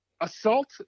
assault